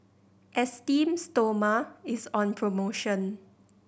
Esteem Stoma is on promotion